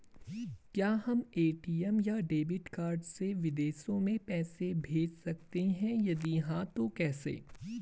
क्या हम ए.टी.एम या डेबिट कार्ड से विदेशों में पैसे भेज सकते हैं यदि हाँ तो कैसे?